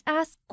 ask